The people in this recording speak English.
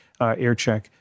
AirCheck